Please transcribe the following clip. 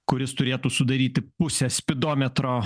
kuris turėtų sudaryti pusę spidometro